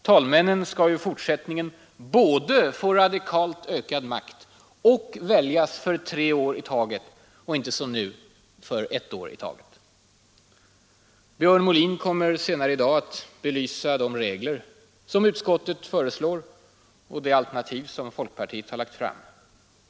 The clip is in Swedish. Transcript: Talmännen skall ju i fortsättningen både få radikalt ökad makt och väljas för tre år och inte som nu för ett år i taget. Björn Molin kommer senare i dag att belysa de regler som utskottet föreslår och det alternativ som folkpartiet har lagt fram.